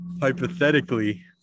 Hypothetically